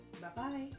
Bye-bye